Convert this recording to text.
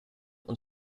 und